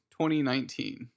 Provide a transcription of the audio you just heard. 2019